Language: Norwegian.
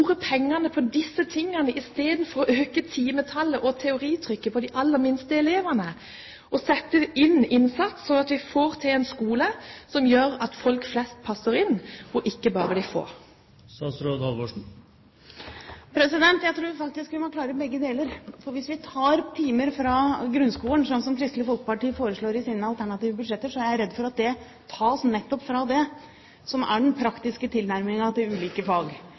pengene på disse tingene, istedenfor å øke timetallet og teoritrykket på de aller minste elevene, og sette inn en innsats, slik at vi får en skole som gjør at «folk flest» passer inn og ikke bare de få? Jeg tror faktisk vi må klare begge deler. For hvis vi tar timer fra grunnskolen – slik som Kristelig Folkeparti foreslår i sine alternative budsjetter – er jeg redd for at det tas nettopp fra det som er den praktiske tilnærmingen til ulike fag.